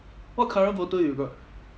what current photo you got